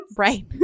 right